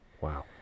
Wow